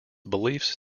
beliefs